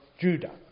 Judah